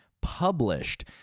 published